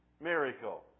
miracle